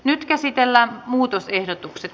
nyt käsitellään muutosehdotukset